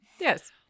Yes